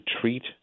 treat